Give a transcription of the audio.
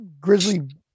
Grizzly